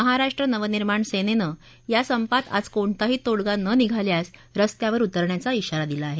महाराष्ट्र नवनिर्माण सेनेनं या संपात आज कोणताही तोडगा न निघाल्यास रस्त्यावर उतरण्याचा इशारा दिला आहे